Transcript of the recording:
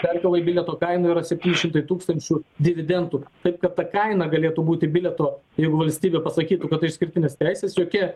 perkėlai bilietų kaina ir septyni šimtai tūkstančių dividendų taip kad ta kaina galėtų būti bilieto jeigu valstybė pasakytų kad tai išskirtinės taisės jokia